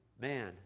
Man